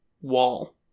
wall